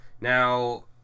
Now